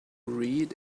read